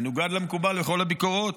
במנוגד למקובל בכל הביקורות,